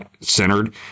centered